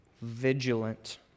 vigilant